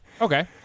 Okay